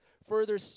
further